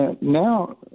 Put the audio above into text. Now